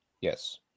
Yes